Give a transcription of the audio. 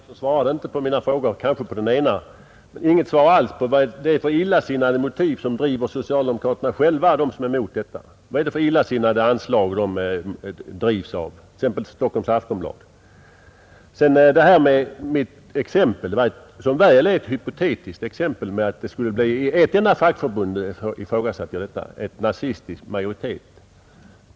Herr talman! Herr Andersson i Stockholm svarade inte på mina frågor — kanske på den ena. Men jag fick inte något svar alls på vad det är för illasinnade motiv som driver de socialdemokrater som är emot detta. Vad är det för illasinnade anslag de drivs av, t.ex. Aftonbladet? Mitt exempel var som väl är hypotetiskt, nämligen att det skulle bli ett fackförbund med nazistisk majoritet.